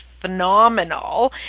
phenomenal